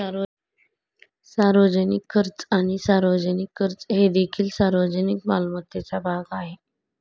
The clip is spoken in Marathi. सार्वजनिक खर्च आणि सार्वजनिक कर्ज हे देखील सार्वजनिक मालमत्तेचा भाग आहेत